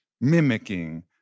mimicking